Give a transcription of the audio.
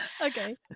Okay